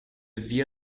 via